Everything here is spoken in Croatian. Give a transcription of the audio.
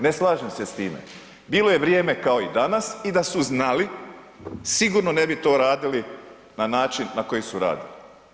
Ne slažem se sa time, bilo je vrijeme kao i danas i da su znali sigurno ne bi to radili na način na koji su radili.